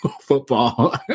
football